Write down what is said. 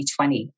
2020